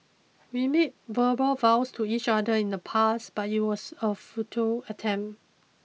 we made verbal vows to each other in the past but it was a futile attempt